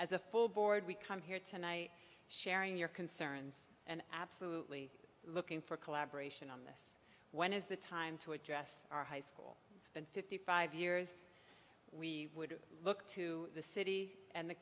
as a full board we come here tonight sharing your concerns and absolutely looking for collaboration on this when is the time to address our high school in fifty five years we would look to the city and the